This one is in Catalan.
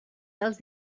dels